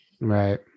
right